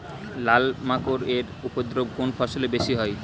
লাল মাকড় এর উপদ্রব কোন ফসলে বেশি হয়?